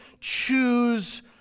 choose